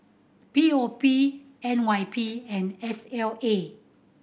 P O P N Y P and S L A